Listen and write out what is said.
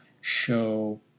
show